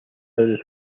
for